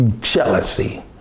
jealousy